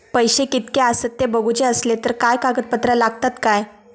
पैशे कीतके आसत ते बघुचे असले तर काय कागद पत्रा लागतात काय?